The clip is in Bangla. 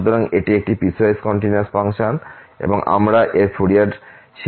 সুতরাং এটি একটি পিসওয়াইস কন্টিনিউয়াস ফাংশন এবং আমরা এর ফুরিয়ার সিরিজ লিখতে চাই